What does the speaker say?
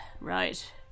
right